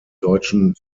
deutschen